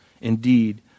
indeed